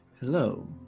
Hello